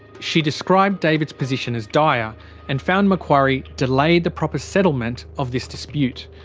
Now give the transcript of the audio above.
she described david's position as dire and found macquarie delayed the proper settlement of this dispute,